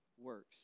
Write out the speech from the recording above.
works